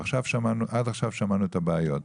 עד עכשיו שמענו את הבעיות.